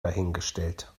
dahingestellt